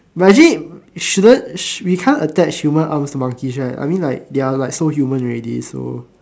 but actually shouldn't we can't attach human arms to monkeys right I mean like they are like so human already so